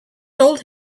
told